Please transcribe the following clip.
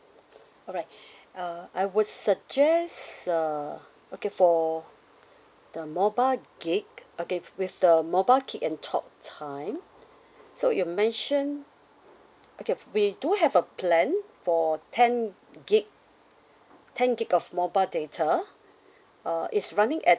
alright uh I would suggest uh okay for the mobile gig okay with the mobile gig and talk time so you mentioned okay we do have a plan for ten gig ten gig of mobile data uh it's running at